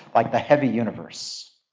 like the heavy universe.